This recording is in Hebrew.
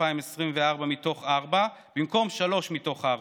2020 מתוך ארבעה במקום שלושה מתוך ארבעה,